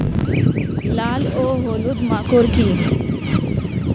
লাল ও হলুদ মাকর কী?